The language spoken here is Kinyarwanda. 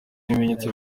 ibimenyetso